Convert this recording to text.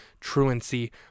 truancy